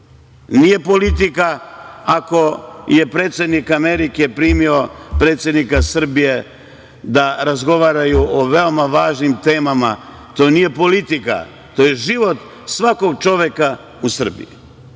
Nije politika ako je predsednik Amerike primio predsednika Srbije da razgovaraju o veoma važnim temama. To nije politika. To je život svakog čoveka u Srbiji